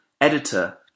editor